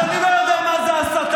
אז אני לא יודע מה זו הסתה.